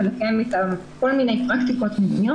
ולקיים איתם כל מיני פרקטיקות מיניות